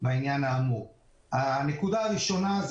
הנקודה הראשונה,